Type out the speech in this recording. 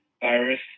virus